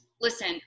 Listen